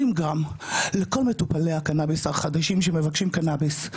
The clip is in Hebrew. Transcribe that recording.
גרם לכל מטופלי הקנאביס החדשים שמבקשים קנאביס,